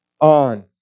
on